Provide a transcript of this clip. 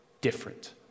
Different